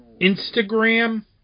Instagram